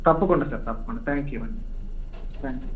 తప్పకుండా సార్ తప్పకుండా థ్యాంక్యూ అండి థ్యాంక్యూ